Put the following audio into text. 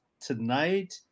tonight